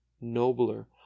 nobler